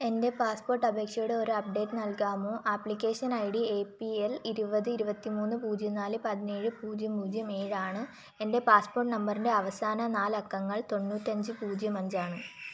എൻ്റെ പാസ്പോർട്ട് അപേക്ഷയുടെ ഒരു അപ്ഡേറ്റ് നൽകാമോ application I D A P L ഇരുപത് ഇരുപത്തി മൂന്ന് പൂജ്യം നാല് പതിനേഴ് പൂജ്യം പൂജ്യം ഏഴാണ് എൻ്റെ പാസ്പോർട്ട് നമ്പറിൻ്റെ അവസാന നാലക്കങ്ങൾ തൊണ്ണൂറ്റഞ്ച് പൂജ്യം അഞ്ചാണ്